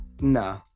nah